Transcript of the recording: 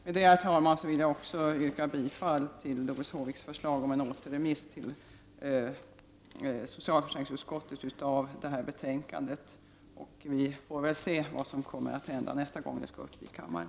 Med detta vill jag, herr talman, yrka bifall till Doris Håviks förslag om en återremiss av betänkandet till socialförsäkringsutskottet. Vi får väl se vad som kommer att hända nästa gång frågorna kommer upp i kammaren.